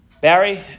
Barry